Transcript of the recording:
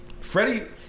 Freddie